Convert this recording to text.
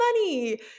money